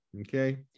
okay